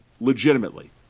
legitimately